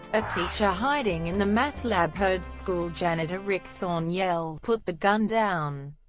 a teacher hiding in the math lab heard school janitor rick thorne yell, put the gun down!